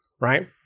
right